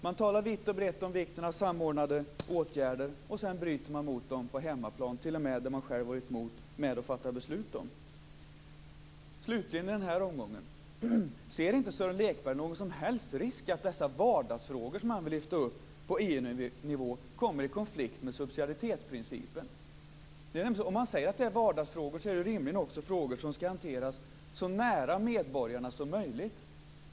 Man talar vitt och brett om vikten av samordnade åtgärder, och sedan bryter man mot dem på hemmaplan t.o.m. där man själv har varit med att fatta beslut. Slutligen i den här omgången: Ser inte Sören Lekberg någon som helst risk att dessa vardagsfrågor som man vill lyfta upp på EU-nivå kommer i konflikt med subsidiaritetsprincipen? Om man säger att det är vardagsfrågor är det rimligen också frågor som skall hanteras så nära medborgarna som möjligt.